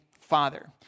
Father